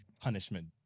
punishment